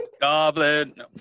Goblin